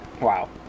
Wow